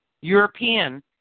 European